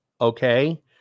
Okay